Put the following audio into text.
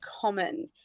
common